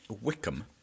Wickham